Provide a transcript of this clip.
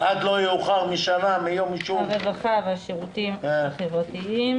הרווחה והשירותים החברתיים